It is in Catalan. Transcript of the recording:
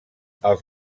els